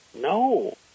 no